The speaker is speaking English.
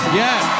yes